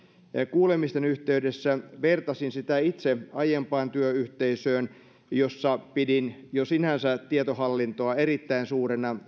kuulemisten yhteydessä vertasin itse sitä aiempaan työyhteisööni helsingin ja uudenmaan sairaanhoitopiiriin jossa tietohallintoa pidin jo sinänsä erittäin suurena